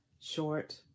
short